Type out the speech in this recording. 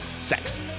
sex